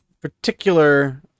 particular